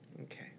Okay